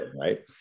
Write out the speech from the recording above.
right